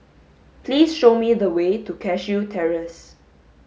please show me the way to Cashew Terrace